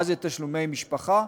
מה זה תשלומי משפחה?